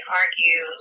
argue